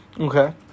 Okay